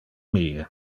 mie